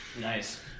nice